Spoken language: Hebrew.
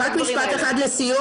משפט אחד לסיום.